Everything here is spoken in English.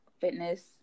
fitness